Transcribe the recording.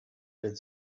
good